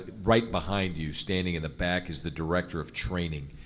right behind you, standing in the back is the director of training.